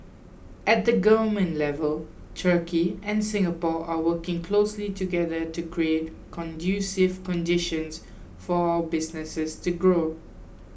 at the government level turkey and Singapore are working closely together to create conducive conditions for our businesses to grow